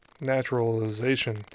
naturalization